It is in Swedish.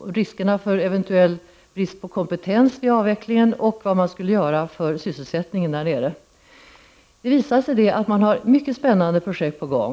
om det fanns någon eventuell brist på kompetens inför avvecklingen och vad man skulle göra för sysselsättningen. Det visade sig att man har mycket spännande projekt på gång.